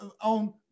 on